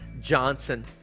Johnson